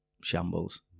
shambles